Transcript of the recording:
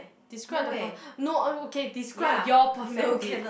describe the per~ no okay describe your perfect date